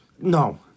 No